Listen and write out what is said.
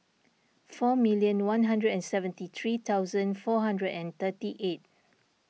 four million one hundred and seventy three thousand four hundred and thirty eight